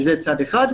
זה צד אחד,